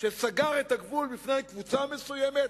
שסגר את הגבול בפני קבוצה מסוימת,